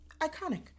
Iconic